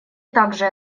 также